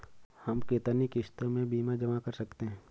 हम कितनी किश्तों में बीमा जमा कर सकते हैं?